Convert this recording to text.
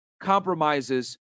compromises